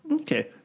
Okay